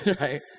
right